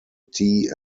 tea